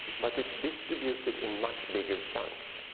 but it's distributed in much bigger chunks.